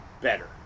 better